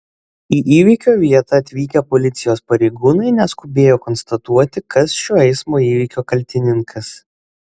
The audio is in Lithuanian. į įvykio vietą atvykę policijos pareigūnai neskubėjo konstatuoti kas šio eismo įvykio kaltininkas